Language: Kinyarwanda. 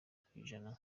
kw’ijana